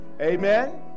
Amen